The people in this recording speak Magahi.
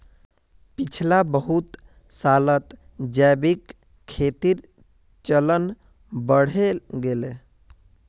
पिछला बहुत सालत जैविक खेतीर चलन बढ़े गेले